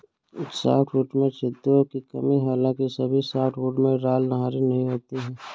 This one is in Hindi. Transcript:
सॉफ्टवुड में छिद्रों की कमी हालांकि सभी सॉफ्टवुड में राल नहरें नहीं होती है